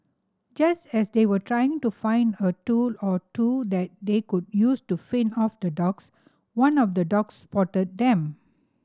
just as they were trying to find a tool or two that they could use to fend off the dogs one of the dogs spotted them